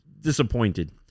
disappointed